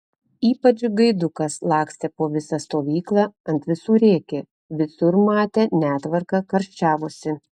ypač gaidukas lakstė po visą stovyklą ant visų rėkė visur matė netvarką karščiavosi